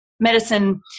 Medicine